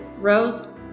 Rose